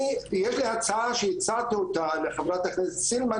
יש לי הצעה שהצעתי לחברת הכנסת סילמן,